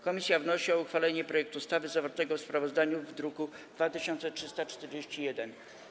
Komisja wnosi o uchwalenie projektu ustawy zawartego w sprawozdaniu w druku nr 2341.